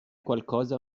qualcosa